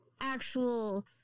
actual